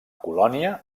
colònia